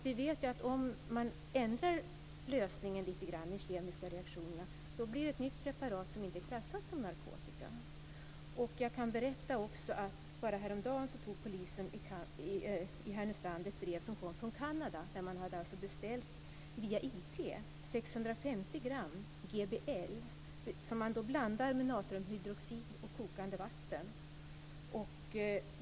Vi vet att om man ändrar lösningen lite grann i de kemiska reaktionerna blir det ett nytt preparat som inte är klassat som narkotika. Jag kan också berätta att bara häromdagen tog polisen i Härnösand ett brev som kom från Kanada. Man hade via IT beställt 650 gram GBL. Man blandar det med natriumhydroxid och kokande vatten.